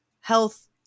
health